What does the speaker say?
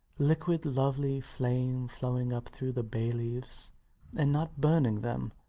liquid lovely flame flowing up through the bay leaves, and not burning them.